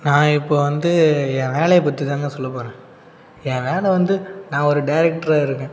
நான் இப்போது வந்து என் வேலையை பற்றிதாங்க சொல்லப் போகிறேன் என் வேலை வந்து நான் ஒரு டேரெக்ட்ராக இருக்கேன்